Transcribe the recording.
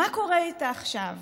מה קורה איתה עכשיו,